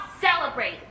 celebrate